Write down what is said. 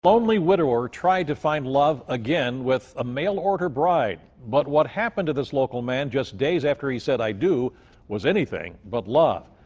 lonely widower tried to find love again with a mail order bride. but what happened to this local man just days before he said i do was anything but love.